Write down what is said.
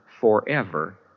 forever